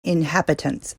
inhabitants